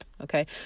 Okay